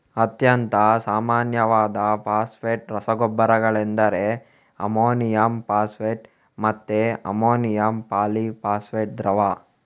ಅತ್ಯಂತ ಸಾಮಾನ್ಯವಾದ ಫಾಸ್ಫೇಟ್ ರಸಗೊಬ್ಬರಗಳೆಂದರೆ ಅಮೋನಿಯಂ ಫಾಸ್ಫೇಟ್ ಮತ್ತೆ ಅಮೋನಿಯಂ ಪಾಲಿ ಫಾಸ್ಫೇಟ್ ದ್ರವ